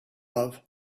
love